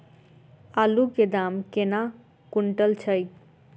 आलु केँ दाम केना कुनटल छैय?